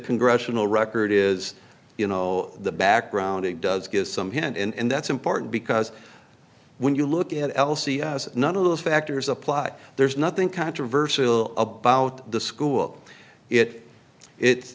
congressional record is you know the background it does give some hint and that's important because when you look at l c as none of those factors apply there's nothing controversial about the school it it's